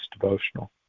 devotional